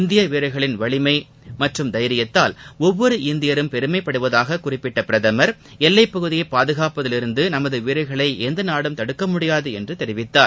இந்திய வீரர்களின் வலிமை மற்றும் தைரியத்தால் ஒவ்வொரு இந்தியரும் பெருமைப்படுவதாக குறிப்பிட்ட பிரதமர் எல்லைப் பகுதியை பாதுகாப்பதிலிருந்து நமது வீரர்களை எந்த நாடும் தடுக்க முடியாது என்று தெரிவித்தார்